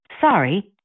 Sorry